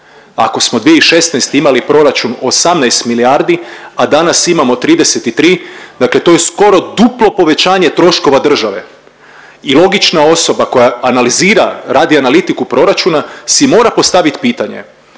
Ako smo 2016. imali proračun 18 milijardi, a danas imamo 33, dakle to je skoro duplo povećanje troškova države i logična osoba koja analizira, radi analitiku proračuna si mora postavit pitanje